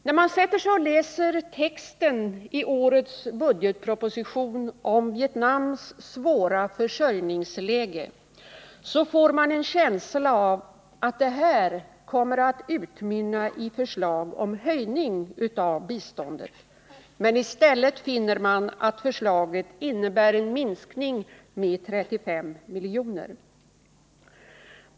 När man läser texten i årets budgetproposition om Vietnams svåra försörjningsläge får man en känsla av att det här kommer att utmynna i förslag om höjning av biståndet, men i stället finner man att förslaget innebär en minskning med 35 miljoner.